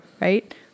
right